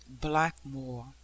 Blackmore